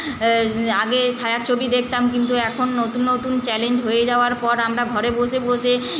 আগে ছায়াছবি দেখতাম কিন্তু এখন নতুন নতুন চ্যালেঞ্জ হয়ে যাওয়ার পর আমরা ঘরে বসে বসে